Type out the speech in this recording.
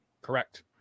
Correct